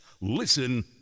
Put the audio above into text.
Listen